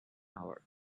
hours